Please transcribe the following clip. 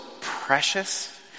precious